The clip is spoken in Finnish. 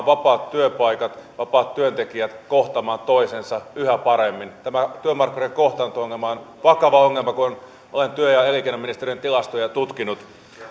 vapaat työpaikat ja vapaat työntekijät kohtaamaan toisensa yhä paremmin tämä työmarkkinoiden kohtaanto ongelma on vakava ongelma kun olen työ ja elinkeinoministeriön tilastoja tutkinut